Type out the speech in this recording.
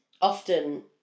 Often